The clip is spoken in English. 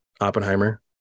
Oppenheimer